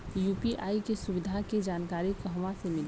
UPI के सुविधा के जानकारी कहवा से मिली?